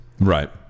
Right